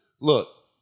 look